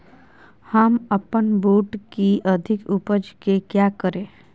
हम अपन बूट की अधिक उपज के क्या करे?